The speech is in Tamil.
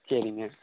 சரிங்க